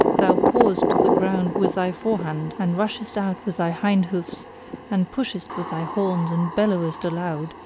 thou pawest the ground with thy forehand and rashest out with thy hind hoofs and pushest with thy horns and bellowest aloud,